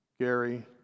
gary